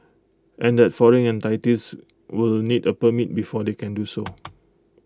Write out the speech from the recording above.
and that foreign entities will need A permit before they can do so